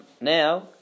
now